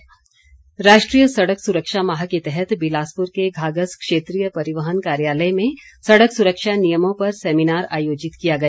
सड़क सुरक्षा राष्ट्रीय सड़क सुरक्षा माह के तहत बिलासपुर के घाघस क्षेत्रीय परिवहन कार्यालय में सड़क सुरक्षा नियमो पर सेमिनार आयोजित किया गया